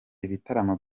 ibitaramo